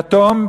יתום,